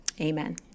Amen